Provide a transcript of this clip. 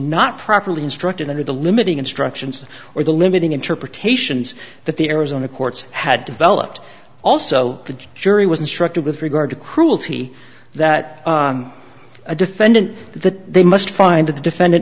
not properly instructed under the limiting instructions or the limiting interpretations that the arizona courts had developed also the jury was instructed with regard to cruelty that a defendant that they must find that the defendant